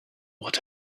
what